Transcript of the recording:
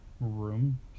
room